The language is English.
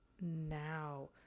now